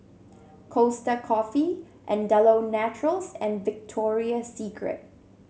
Costa Coffee Andalou Naturals and Victoria Secret